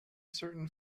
certain